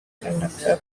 conductor